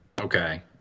Okay